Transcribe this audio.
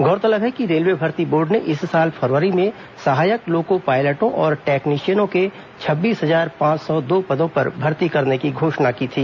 गौरतलब है कि रेलवे भर्ती बोर्ड ने इस साल फरवरी में सहायक लोको पायलटों और टेक्नीशियनों के छब्बीस हजारपांच सौ दो पदों पर भर्ती करने की घोषणा की थी